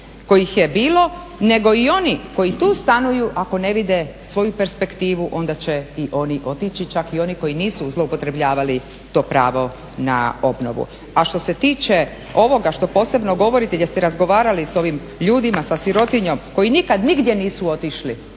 može reći, nego i oni koji tu stanuju ako ne vide svoju perspektivu onda će i oni otići čak i oni koji nisu zloupotrebljavali to pravo na obnovu. A što se tiče ovoga što posebno govorite gdje ste razgovarali sa ovim ljudima, sa sirotinjom koji nikad nigdje nisu otišli